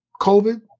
COVID